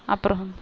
அப்புறம்